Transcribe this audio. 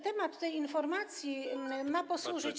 Temat tej informacji ma nam posłużyć.